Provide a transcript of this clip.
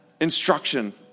instruction